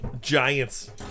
giants